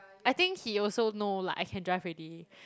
I think he also know like I can drive already